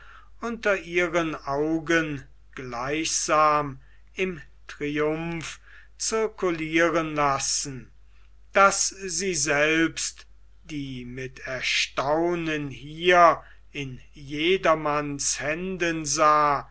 unter ihren augen gleichsam im triumph circulieren lassen daß sie selbst die mit erstaunen hier in jedermanns händen sah